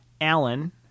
Alan